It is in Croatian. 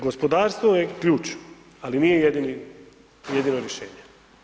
Gospodarstvo je ključ, ali nije jedino rješenje.